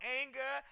anger